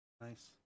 Nice